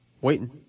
Waiting